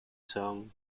song